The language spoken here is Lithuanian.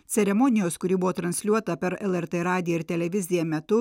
ceremonijos kuri buvo transliuota per lrt radiją ir televiziją metu